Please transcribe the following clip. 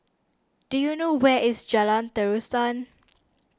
do you know where is Jalan Terusan